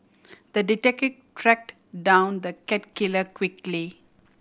the detective track down the cat killer quickly